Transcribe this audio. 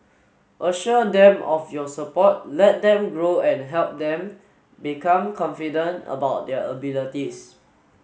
assure them of your support let them grow and help them become confident about their abilities